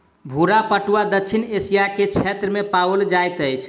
भूरा पटुआ दक्षिण एशिया के क्षेत्र में पाओल जाइत अछि